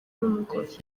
n’umugore